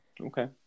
Okay